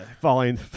falling